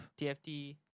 TFT